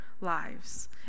lives